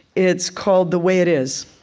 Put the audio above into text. it's called the way it is.